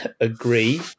agree